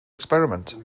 experiment